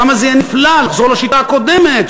כמה זה יהיה נפלא לחזור לשיטה הקודמת,